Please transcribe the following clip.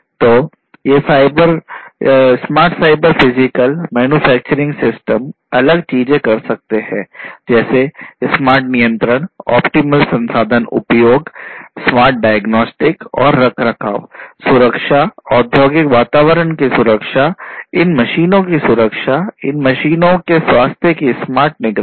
तो ये smart cyber physical manufacturing system और रखरखाव सुरक्षा औद्योगिक वातावरण की सुरक्षा इन मशीनों की सुरक्षा इन मशीनों के स्वास्थ्य की स्मार्ट निगरानी